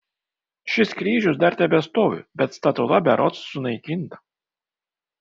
šis kryžius dar tebestovi bet statula berods sunaikinta